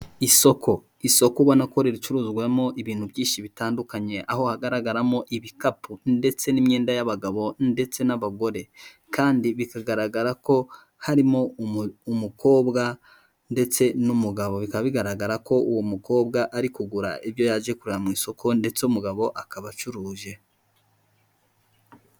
Isoko, isoko ubona ribicuruzwamo ibintu byinshi bitandukanye, aho hagaragaramo ibikapu ndetse n'imyenda y'abagabo ndetse n'abagore, kandi bikagaragara ko harimo umukobwa ndetse n'umugabo, bikaba bigaragara ko uwo mukobwa ari kugura ibyo yaje kureba mu isoko, ndetse umugabo akaba acuruje